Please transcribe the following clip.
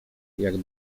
jak